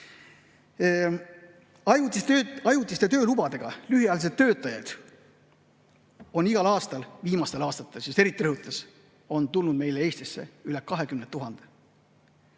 Ajutiste töölubadega lühiajaliselt töötajaid on igal aastal, viimastel aastatel aga eriti, rõhutan, tulnud meile Eestisse üle 20 000.